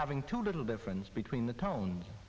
having two little difference between the tone